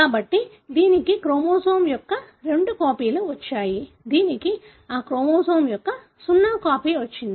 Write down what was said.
కాబట్టి దీనికి క్రోమోజోమ్ యొక్క రెండు కాపీలు వచ్చాయి దీనికి ఆ క్రోమోజోమ్ యొక్క సున్నా కాపీ వచ్చింది